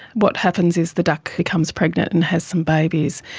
what happens is the duck becomes pregnant and has some babies,